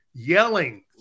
Yelling